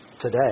today